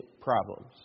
problems